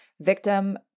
victim